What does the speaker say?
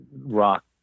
rock